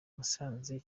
musanze